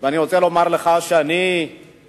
ואני רוצה לומר לך שאני חושב